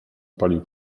palił